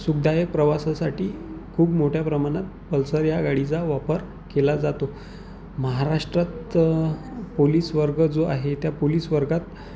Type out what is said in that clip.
सुखदायक प्रवासासाठी खूप मोठ्या प्रमाणात पल्सर या गाडीचा वापर केला जातो महाराष्ट्रात पोलीसवर्ग जो आहे त्या पोलीसवर्गात